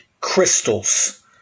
crystals